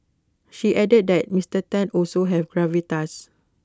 she added that Mister Tan also has gravitas